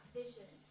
vision